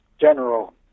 general